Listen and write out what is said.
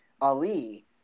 Ali